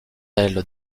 elle